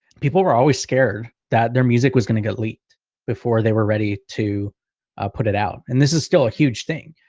people were always scared that their music was gonna get leaked before they were ready to put it out. and this is still a huge thing,